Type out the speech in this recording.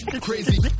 crazy